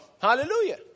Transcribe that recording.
Hallelujah